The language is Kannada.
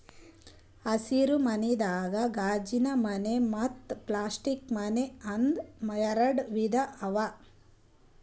ಹಸಿರ ಮನಿದಾಗ ಗಾಜಿನಮನೆ ಮತ್ತ್ ಪ್ಲಾಸ್ಟಿಕ್ ಮನೆ ಅಂತ್ ಎರಡ ವಿಧಾ ಅವಾ